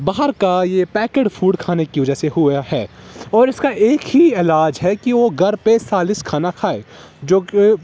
باہر کا یہ پیکٹ فوڈ کھانے کی وجہ سے ہوا ہے اور اس کا ایک ہی علاج ہے کہ وہ گھر پہ سالس کھانا کھائے جو کہ